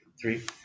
Three